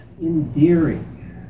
endearing